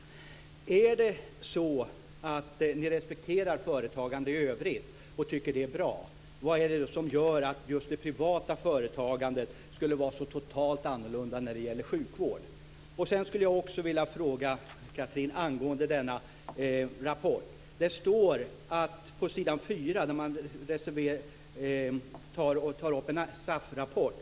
Om det är så att ni respekterar företagande i övrigt och tycker att det är bra, vad är det då som gör att just det privata företagandet skulle vara så totalt annorlunda när det gäller sjukvård? Angående rapporten har jag också en fråga. På s. 4 tar man ju upp en SAF-rapport.